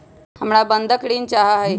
हमरा बंधक ऋण चाहा हई